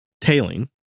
tailing